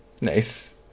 Nice